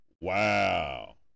Wow